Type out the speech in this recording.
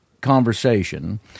conversation